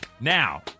Now